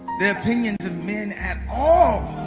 the opinions of men at all